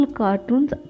cartoons